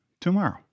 tomorrow